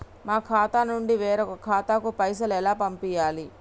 మా ఖాతా నుండి వేరొక ఖాతాకు పైసలు ఎలా పంపియ్యాలి?